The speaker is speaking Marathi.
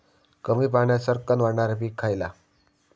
कमी पाण्यात सरक्कन वाढणारा पीक खयला?